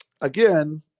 Again